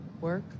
Work